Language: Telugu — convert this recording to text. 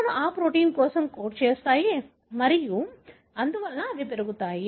కణాలు ఆ ప్రోటీన్ కోసం కోడ్ చేస్తాయి మరియు అందువల్ల అవి పెరుగుతాయి